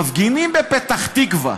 מפגינים בפתח תקווה,